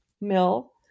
mill